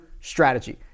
strategy